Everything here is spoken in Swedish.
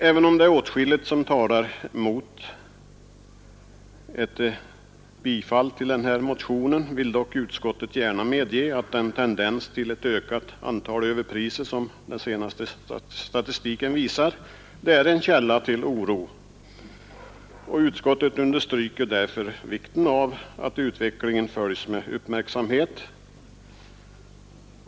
Även om det är åtskilligt som talar mot ett bifall till den här motionen, vill utskottet gärna medge att den tendens till ett ökat antal överpriser som den senaste statistiken visar är en källa till oro. Utskottet understryker därför vikten av att utvecklingen följs med uppmärksamhet.